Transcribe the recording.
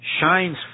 shines